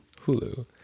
Hulu